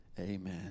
amen